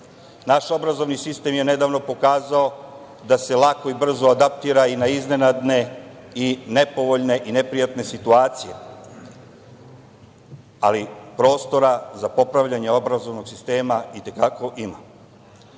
Naš obrazovni sistem je nedavno pokazao da se lako i brzo adaptira i na iznenadne i nepovoljne i neprijatne situacije, ali prostora za popravljanje obrazovnog sistema i te kako